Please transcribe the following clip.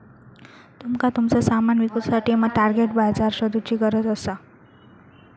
तुमका तुमचा सामान विकुसाठी टार्गेट बाजार शोधुची गरज असा